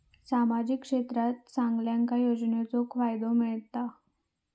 सामाजिक क्षेत्रात सगल्यांका योजनाचो फायदो मेलता?